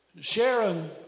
Sharon